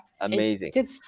amazing